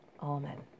Amen